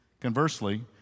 Conversely